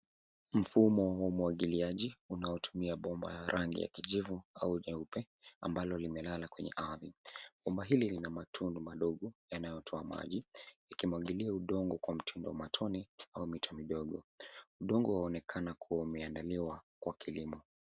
Mfumo wa umwagiliaji unaotumia bomba ya rangi ya kijivu au nyeupe ambalo limelala kwenye ardhi. Bomba hili lina matundu madogo yanayotoa maji ikimwagilia udongo kwa mtindo wa matone au mito midogo. Udongo waonekana kua umeandaliwa kwa kilimo.